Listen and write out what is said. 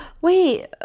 Wait